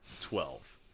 Twelve